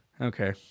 Okay